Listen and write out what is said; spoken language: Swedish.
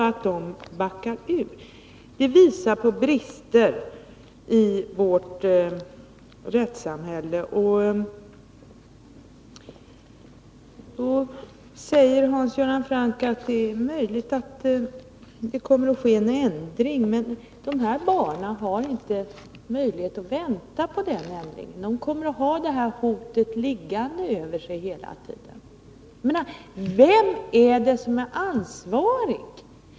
Att de backar ur visar på brister i vårt rättssamhälle. Hans Göran Franck säger att det är möjligt att det kommer en ändring. Men de här barnen kan inte vänta på den ändringen. De kommer att ha detta hot hängande över sig hela tiden. Vem är det som är ansvarig?